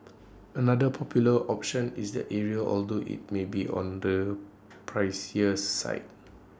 another popular option is the area although IT may be on the pricier side